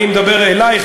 אני מדבר אלייך,